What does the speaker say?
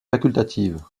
facultative